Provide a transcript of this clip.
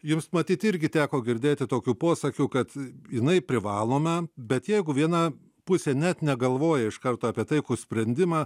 jums matyt irgi teko girdėti tokių posakių kad jinai privalome bet jeigu viena pusė net negalvoja iš karto apie taikų sprendimą